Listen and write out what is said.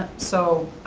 so,